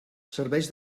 serveix